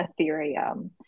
ethereum